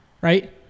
right